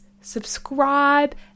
subscribe